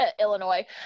Illinois